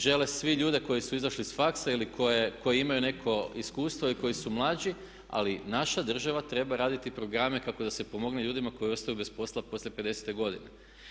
Žele svi ljude koji su izašli s faksa ili koji imaju neko iskustvo i koji su mlađi, ali naša država treba raditi programe kako da se pomogne ljudima koji ostaju bez posla poslije pedesete godine.